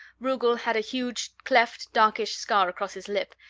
rugel had a huge cleft darkish scar across his lip,